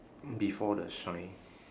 before the sign